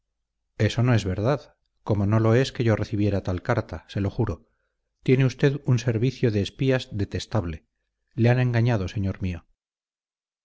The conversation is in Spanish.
eso no es verdad como no lo es que yo recibiera tal carta se lo juro tiene usted un servicio de espías detestable le han engañado señor mío